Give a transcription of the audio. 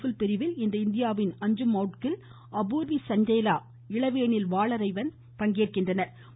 பிள் பிரிவில் இன்று இந்தியாவின் அஞ்சும் மௌட்கில் அபூர்வி சந்தேலா இளவேனில் வாளரைவன் பங்கேற்கின்றனா்